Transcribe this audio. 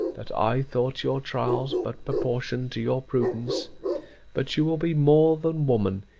that i thought your trials but proportioned to your prudence but you will be more than woman,